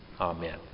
Amen